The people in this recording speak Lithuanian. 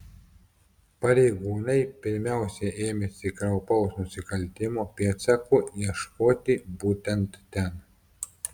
pareigūnai pirmiausia ėmėsi kraupaus nusikaltimo pėdsakų ieškoti būtent ten